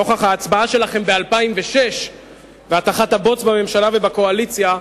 לנוכח ההצבעה שלכם ב-2006 והטחת הבוץ בממשלה ובקואליציה,